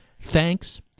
Thanks